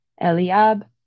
Eliab